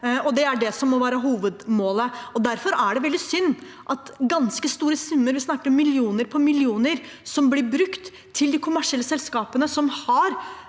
Det er det som må være hovedmålet. Derfor er det veldig synd at ganske store summer – vi snakker om millioner på millioner – blir brukt på de kommersielle selskapene, som har